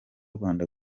rwanda